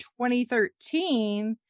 2013